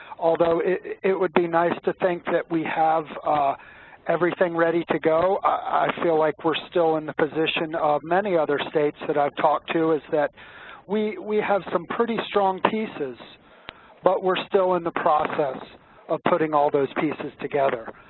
although it would be nice to think that we have everything ready to go, i feel like we're still in the position of many other states that i have talked to is that we we have some pretty strong pieces but we're still in the process of putting all those pieces together.